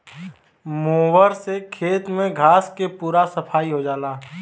mower से खेत में घास के पूरा सफाई हो जाला